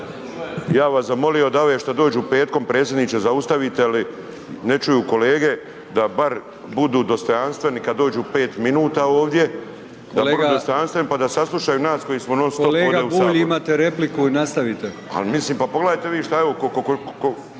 bih vas zamolio da ove što dođu petkom predsjedniče zaustavite jer ne čuju kolege, da bar budu dostojanstveni kada dođu 5 minuta ovdje da budu dostojanstveni pa da saslušaju nas koji smo non-stop ovdje u Saboru. **Brkić, Milijan (HDZ)** Kolega Bulj, imate repliku i nastavite. **Bulj, Miro (MOST)** Ali mislim, pa pogledajte vi šta je ovo,